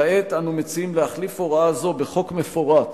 כעת אנו מציעים להחליף הוראה זו בחוק מפורט